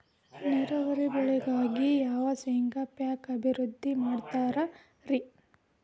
ನೇರಾವರಿ ಬೆಳೆಗಾಗಿ ಯಾವ ಶೇಂಗಾ ಪೇಕ್ ಅಭಿವೃದ್ಧಿ ಮಾಡತಾರ ರಿ?